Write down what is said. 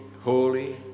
holy